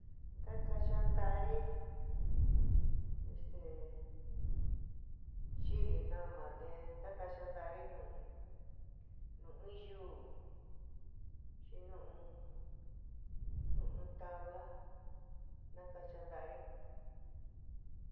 Ntakachá ntári este chi'iri náma te ntakachá ntári nu nu in yuú nu in nu in tabla ntakachá ntaári.